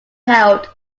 held